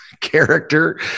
character